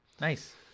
Nice